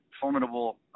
formidable